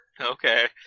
Okay